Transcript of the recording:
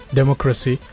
democracy